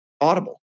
audible